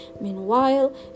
Meanwhile